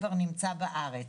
כבר נמצא בארץ?